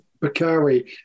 bakari